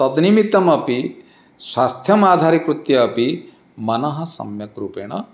तन्निमित्तमपि स्वास्थ्यमाधारीकृत्य अपि मनः सम्यक् रूपेण